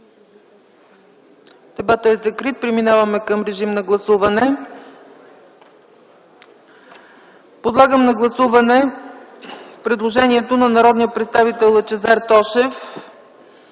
Дебатът е закрит. Преминаваме към режим на гласуване. Подлагам на гласуване предложението на народния